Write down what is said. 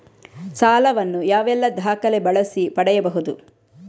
ಸಾಲ ವನ್ನು ಯಾವೆಲ್ಲ ದಾಖಲೆ ಬಳಸಿ ಪಡೆಯಬಹುದು?